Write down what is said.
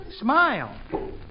Smile